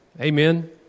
Amen